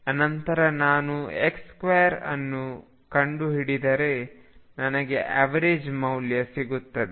ಅನಂತರ ನಾನು x2ಅನ್ನು ಕಂಡುಹಿಡಿದರೆ ನನಗೆ ಎವರೇಜ್ ಮೌಲ್ಯ ಸಿಗುತ್ತದೆ